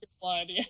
blood